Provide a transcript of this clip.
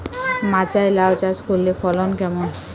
মাচায় লাউ চাষ করলে ফলন কেমন?